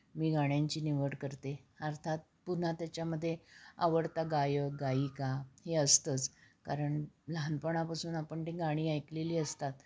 मी गाण्याची निवड करते अर्थात पुन्हा त्याच्यामध्ये आवडता गायक गायिका हे असतंच कारण लहानपणापासून आपण ते गाणी ऐकलेली असतात